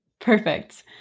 Perfect